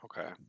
Okay